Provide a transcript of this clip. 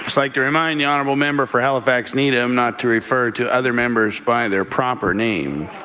like to remind the honourable member for halifax needham not to refer to other members by their proper name.